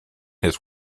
his